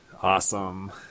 Awesome